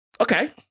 Okay